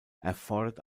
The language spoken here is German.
erfordert